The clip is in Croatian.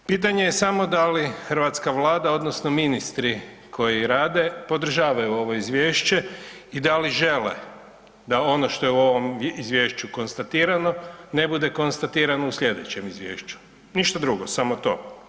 Pitanje je samo da li hrvatska Vlada odnosno ministri koji rade podržavaju ovo izvješće i da li žele da ono što je u ovom izvješću konstatirano ne bude konstatirano u sljedećem izvješću, ništa drugo, samo to.